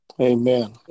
Amen